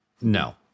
no